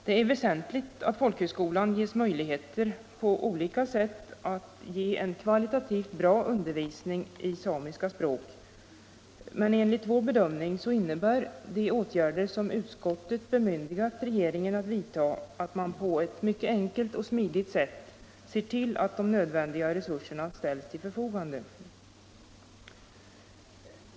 Det är väsentligt att folkhögskolan på olika sätt får möjligheter att ge en kvalitativt bra undervisning i samiska språk, men enligt vår bedömning innebär de åtgärder som utskottet vill bemyndiga regeringen att vidta att man på ett enkelt och smidigt sätt ser till att de nödvändiga resurserna ställs till förfogande.